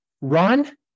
run